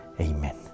Amen